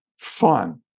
fun